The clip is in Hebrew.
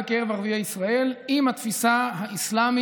בושה, בושה.